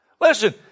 Listen